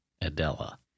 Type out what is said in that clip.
Adela